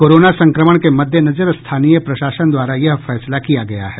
corona संक्रमण के मद्देनजर स्थानीय प्रशासन द्वारायह फैसला किया गया है